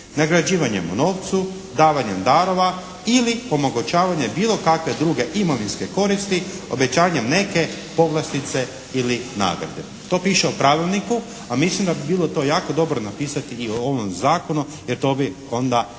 nagrađivanjem u novcu, davanjem darova ili omogućavanje bilo kakve druge imovinske koristi obećanjem neke povlastice ili nagrade. To piše u pravilniku. A mislim da bi bilo to jako dobro napisati i u ovom zakonu jer to bi onda